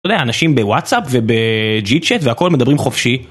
אנשים בוואטסאפ ובג'י צ'אט והכל מדברים חופשי.